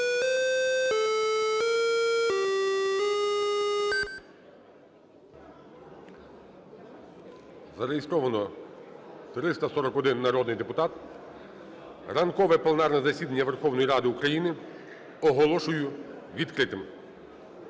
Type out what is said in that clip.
Зареєстровано 341 народний депутат. Ранкове пленарне засідання Верховної Ради України оголошую відкритим.